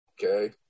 okay